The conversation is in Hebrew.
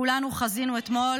כולנו חזינו אתמול